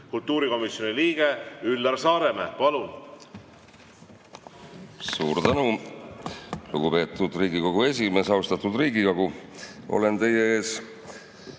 kultuurikomisjoni liikme Üllar Saaremäe. Suur tänu, lugupeetud Riigikogu esimees! Austatud Riigikogu! Olen teie ees